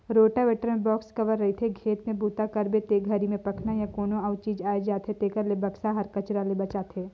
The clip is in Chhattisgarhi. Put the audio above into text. रोटावेटर म बाक्स कवर रहिथे, खेत में बूता करबे ते घरी में पखना या कोनो अउ चीज आये जाथे तेखर ले बक्सा हर कचरा ले बचाथे